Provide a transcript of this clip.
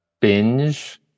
binge